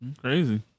Crazy